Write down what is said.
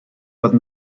but